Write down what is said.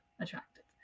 attractive